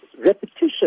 repetition